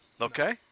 Okay